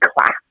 class